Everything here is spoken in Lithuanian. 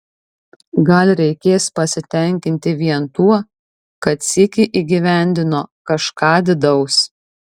gal reikės pasitenkinti vien tuo kad sykį įgyvendino kažką didaus